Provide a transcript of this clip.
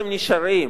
אתם נשארים.